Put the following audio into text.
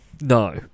No